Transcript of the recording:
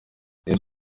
rayon